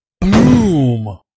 Boom